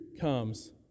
comes